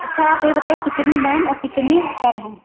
अच्छा आप ये बताइए कितनी मैम और कितनी सर हैं